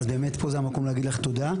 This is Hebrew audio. אז באמת, פה זה המקום להגיד לך תודה.